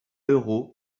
euro